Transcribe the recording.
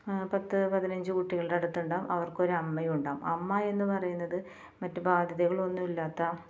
ആ പത്ത് പതിനഞ്ച് കുട്ടികളുടെ അടുത്തുണ്ടാവും അവർക്ക് ഒരു അമ്മയുണ്ടാവും അമ്മ എന്ന് പറയുന്നത് മറ്റ് ബാധ്യതകൾ ഒന്നുമില്ലാത്ത